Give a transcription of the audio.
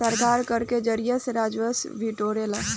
सरकार कर के जरिया से राजस्व बिटोरेला